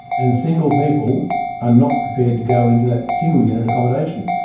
and single people are not prepared to go into that single unit accommodation,